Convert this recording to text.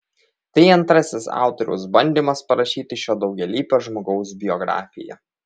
tai antrasis autoriaus bandymas parašyti šio daugialypio žmogaus biografiją